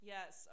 Yes